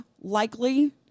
likely